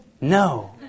No